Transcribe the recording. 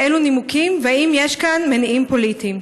באילו נימוקים והאם יש כאן מניעים פוליטיים.